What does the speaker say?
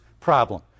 problem